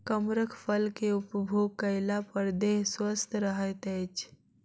कमरख फल के उपभोग कएला पर देह स्वस्थ रहैत अछि